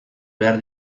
behar